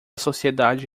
sociedade